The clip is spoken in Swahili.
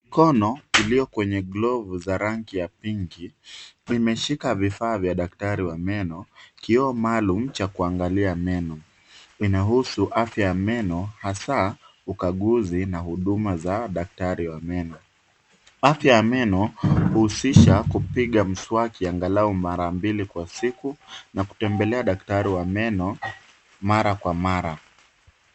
Mkono ulio kwenye glovu za rangi ya pinki umeshika vifaa vya daktari wa meno, kioo maalum cha kuangalia meno. Inahusu afya ya meno hasaa ukaguzi na huduma za daktari wa meno. Afya ya meno huhusisha kupiga mswaki angalaui mara mbili kwa siku na kutembele daktari wa meno mara kwa mara.